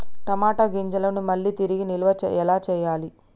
టమాట గింజలను మళ్ళీ తిరిగి నిల్వ ఎలా చేయాలి?